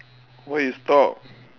why you stop